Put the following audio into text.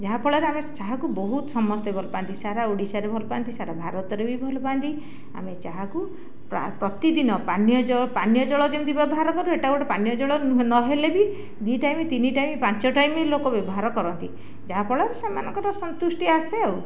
ଯାହାଫଳରେ ଆମେ ଚାହାକୁ ବହୁତ ସମସ୍ତେ ଭଲପାଆନ୍ତି ସାରା ଓଡ଼ିଶାରେ ଭଲପାଆନ୍ତି ସାରା ଭାରତରେ ବି ଭଲପାଆନ୍ତି ଆମେ ଚାହାକୁ ପ୍ରତିଦିନ ପାନୀୟଜଳ ପାନୀୟଜଳ ଯେମିତି ବ୍ୟବହାର କରୁ ଏଟା ଗୋଟେ ପାନୀୟଜଳ ନହେଲେ ବି ଦୁଇ ଟାଇମ୍ ତିନି ଟାଇମ୍ ପାଞ୍ଚ ଟାଇମ୍ ଲୋକ ବ୍ୟବହାର କରନ୍ତି ଯାହାଫଳରେ ସେମାନଙ୍କର ସନ୍ତୁଷ୍ଟି ଆସେ ଆଉ